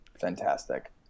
fantastic